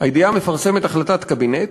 הידיעה מפרסמת החלטת קבינט: